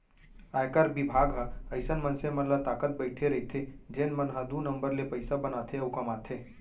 आयकर बिभाग ह अइसन मनसे मन ल ताकत बइठे रइथे जेन मन ह दू नंबर ले पइसा बनाथे अउ कमाथे